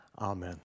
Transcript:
amen